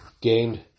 gained